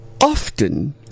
often